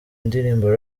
ndirimbo